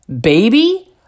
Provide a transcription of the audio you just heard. Baby